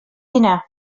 dinar